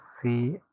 see